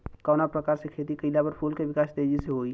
कवना प्रकार से खेती कइला पर फूल के विकास तेजी से होयी?